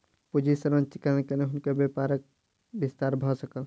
पूंजी संरचनाक कारणेँ हुनकर व्यापारक विस्तार भ सकल